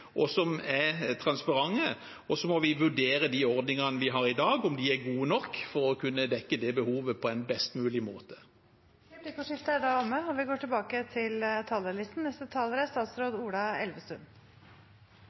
rettferdige og er transparente. Så må vi vurdere om ordningene vi har i dag, er gode nok for å kunne dekke behovet på en best mulig måte. Replikkordskiftet er omme. Global oppvarming og tap av natur er